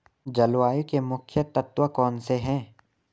जलवायु के मुख्य तत्व कौनसे हैं?